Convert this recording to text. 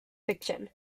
fiction